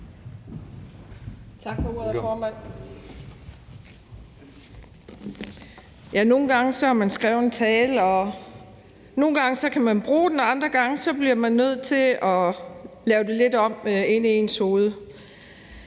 Nogle gange har man skrevet en tale, og nogle gange kan man bruge den, og andre gange bliver man nødt til at lave det lidt om inde i sit hoved.